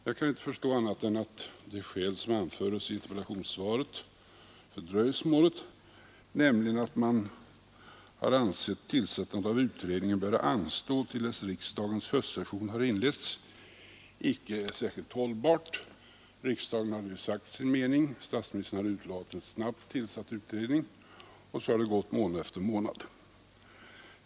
Jag kan inte förstå annat än att det skäl för dröjsmålet som anförs i interpellationssvaret, nämligen att man har ansett att tillsättandet av utredningen bör anstå till dess riksdagens höstsession har inletts, icke är särskilt hållbart. Riksdagen har sagt sin mening, och statsministern har utlovat att snabbt tillsätta en utredning. Sedan har det gått månad efter månad.